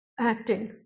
acting